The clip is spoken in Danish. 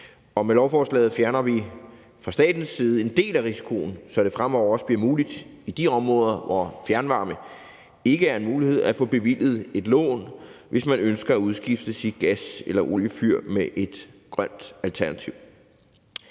Med lovforslaget fjerner vi fra statens side en del af risikoen, så det fremover også bliver muligt i de områder, hvor fjernvarme ikke er en mulighed, at få bevilget et lån, hvis man ønsker at udskifte sit gas- eller oliefyr med et grønt alternativ.